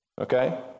okay